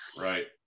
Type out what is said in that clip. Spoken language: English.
right